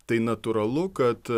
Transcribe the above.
tai natūralu kad